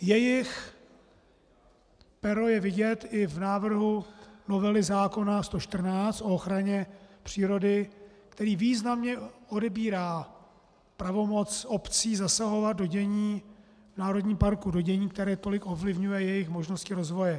Jejich pero je vidět i v návrhu novely zákona č. 114 o ochraně přírody, který významně odebírá pravomoc obcí zasahovat do dění v národním parku, do dění, které tolik ovlivňuje jejich možnosti rozvoje.